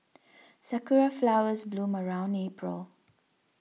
sakura flowers bloom around April